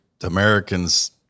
Americans